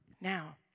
Now